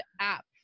app